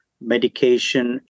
medication